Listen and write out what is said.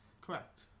Correct